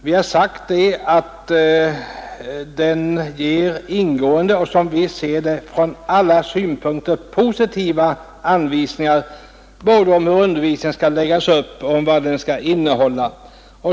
Vi har sagt att den ger ingående och, som vi ser det, från alla synpunkter positiva anvisningar både om hur undervisningen skall läggas upp och om vad den skall innehålla.